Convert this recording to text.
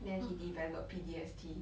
then he developed P_T_S_D